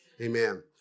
Amen